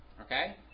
Okay